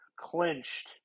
clinched